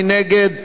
מי נגד?